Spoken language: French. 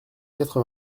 quatre